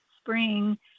spring